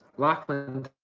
lockeland